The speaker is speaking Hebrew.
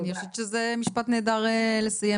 אני חושבת שזה משפט יפה מאוד לסיים